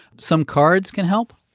some cards can help?